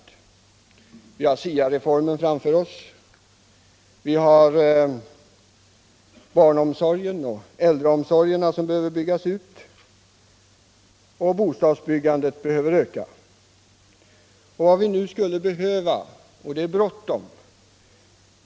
Vi har exempelvis SIA reformen framför oss, vi har barnoch äldreomsorgen som behöver byggas ut. Även bostadsbyggandet behöver öka. Vad vi nu skulle behöva — och det är bråttom!